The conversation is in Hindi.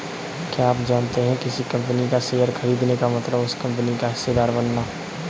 क्या आप जानते है किसी कंपनी का शेयर खरीदने का मतलब उस कंपनी का हिस्सेदार बनना?